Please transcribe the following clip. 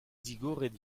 digoret